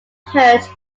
hurt